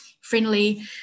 friendly